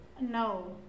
No